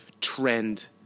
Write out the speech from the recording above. trend